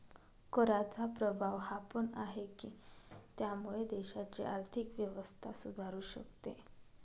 कराचा प्रभाव हा पण आहे, की त्यामुळे देशाची आर्थिक व्यवस्था सुधारू शकते